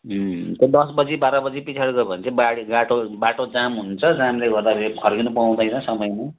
उम् त दस बजे बाह्र बजे पछाडि गयो भने चाहिँ गाडी बाटो बाटो जाम हुन्छ जामले गर्दाखेरि फर्किनु पाउँदैन समयमा